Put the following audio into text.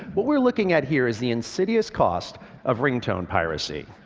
what we're looking at here is the insidious cost of ringtone piracy.